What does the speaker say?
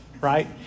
right